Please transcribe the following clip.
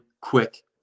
quick